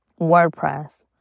WordPress